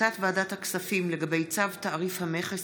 החלטת ועדת הכספים לגבי צו תעריף המכס